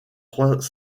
trois